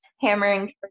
hammering